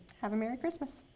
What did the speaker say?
have a merry christmas.